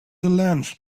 delange